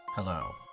Hello